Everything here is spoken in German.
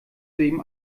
soeben